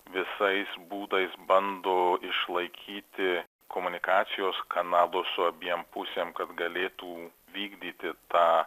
visais būdais bando išlaikyti komunikacijos kanalus su abiem pusėm kad galėtų vykdyti tą